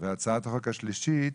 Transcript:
הצעת החוק השלישית,